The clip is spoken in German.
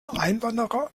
einwanderer